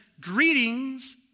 Greetings